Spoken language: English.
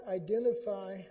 identify